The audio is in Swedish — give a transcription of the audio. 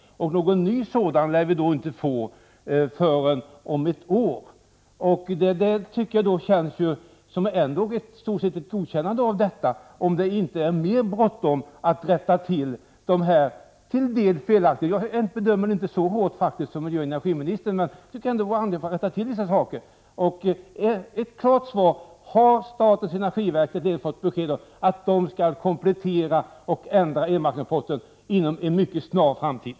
Någon ny sådan lär vi inte få förrän om ett år. Det känns ändå som något av ett godkännande av den nu aktuella rapporten, om det inte är mer bråttom att rätta till en del felaktigheter. Jag bedömer inte saken så hårt som miljöoch energiministern, men det vore ändå bra att rätta till vissa saker. Jag vill ha ett klart svar: Har statens energiverk fått besked om att elmarknadsrapporten skall kompletteras och ändras inom en mycket snar framtid?